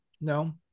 no